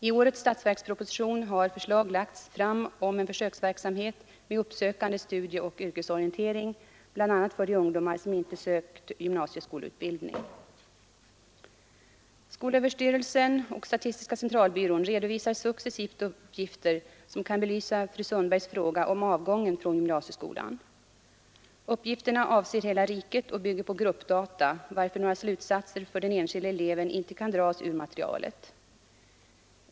I årets statsverksproposition har förslag lagts fram om en försöksverksamhet med uppsökande studieoch yrkesorientering för bl.a. de ungdomar som inte sökt gymnasieskoleutbildning. 57 Skolöverstyrelsen och statistiska centralbyrån redovisar successivt uppgifter som kan belysa fru Sundbergs fråga om avgången från gymnasieskolan. Uppgifterna avser hela riket och bygger på gruppdata, varför några slutsatser för den enskilde eleven inte kan dras ur materialet.